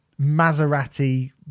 maserati